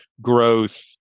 growth